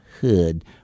hood